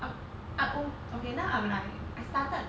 I I o~ okay now I'm like I started